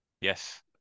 Yes